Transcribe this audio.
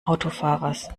autofahrers